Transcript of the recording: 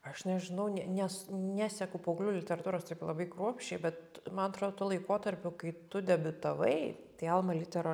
aš nežinau ne nes neseku paauglių literatūros taip labai kruopščiai bet man atrodo tuo laikotarpiu kai tu debiutavai tai alma litera